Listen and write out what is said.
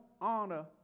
honor